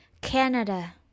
Canada